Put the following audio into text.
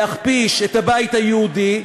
להכפיש את הבית היהודי,